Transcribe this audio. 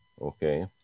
okay